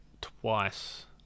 twice